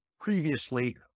previously